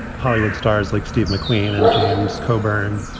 hollywood stars like steve mcqueen and james coburn.